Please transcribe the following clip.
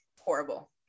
Horrible